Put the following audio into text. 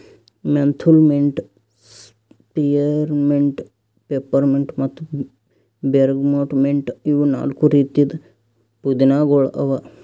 menthol mint, spearmint, peppermint ಮತ್ತ bergamot mint ಇವು ನಾಲ್ಕು ರೀತಿದ್ ಪುದೀನಾಗೊಳ್ ಅವಾ